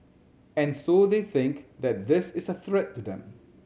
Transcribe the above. and so they think that this is a threat to them